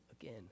again